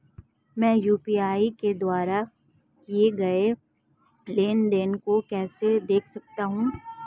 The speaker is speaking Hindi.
मैं यू.पी.आई के द्वारा किए गए लेनदेन को कैसे देख सकता हूं?